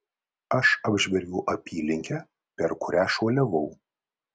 aš apžvelgiau apylinkę per kurią šuoliavau